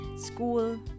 school